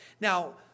now